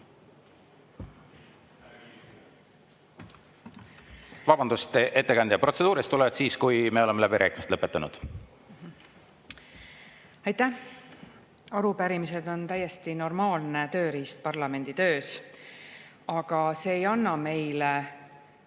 Vabandust, ettekandja! Protseduurilised tulevad siis, kui me oleme läbirääkimised lõpetanud. Aitäh! Arupärimised on täiesti normaalne tööriist parlamendi töös, aga see ei anna meile